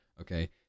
Okay